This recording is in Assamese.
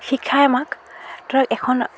শিক্ষাই আমাক ধৰক এখন